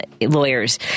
lawyers